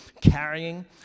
carrying